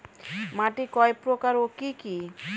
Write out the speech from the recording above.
মাটি কয় প্রকার ও কি কি?